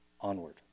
onward